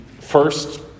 first